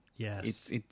Yes